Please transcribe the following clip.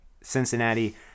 Cincinnati